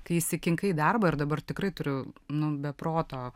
kai įsikinkai į darbą ir dabar tikrai turiu nu be proto